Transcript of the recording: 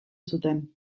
zuten